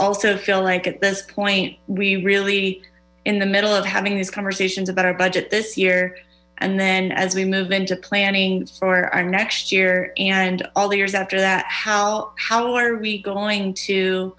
also feel like at this point we really in the middle of having these conversations about our budget this year and then as we move into planning for our next year and all the years after that how how are w going to